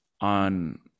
on